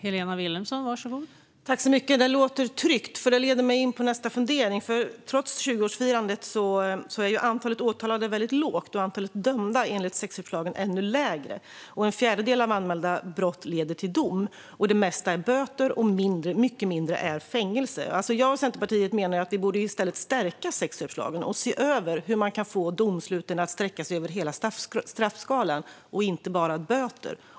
Fru talman! Det låter tryggt, och det leder mig in på nästa fundering. Trots 20-årsfirandet är ju antalet åtalade väldigt lågt och antalet dömda enligt sexköpslagen ännu lägre. En fjärdedel av alla anmälda brott leder till dom, det mesta är böter och mycket mindre är fängelse. Jag och Centerpartiet menar att vi i stället borde stärka sexköpslagen och se över hur man kan få domsluten att sträcka sig över hela straffskalan, inte bara böter.